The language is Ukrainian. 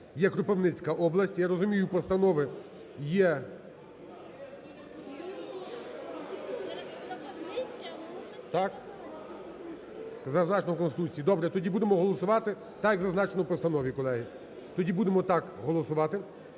є Кропивницька область, я розумію, постанови є. Зазначено в Конституції. Добре, тоді будемо голосувати так, як зазначено в постанові, колеги. Тоді будемо так голосувати,